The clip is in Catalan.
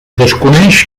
desconeix